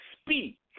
speak